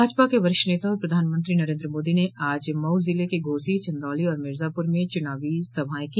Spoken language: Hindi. भाजपा के वरिष्ठ नेता और प्रधानमंत्री नरेन्द्र मोदी ने आज मऊ जिले के घोसी चन्दौली और मिर्जापुर में चुनावी सभाएं की